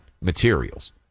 materials